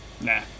Nah